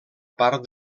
part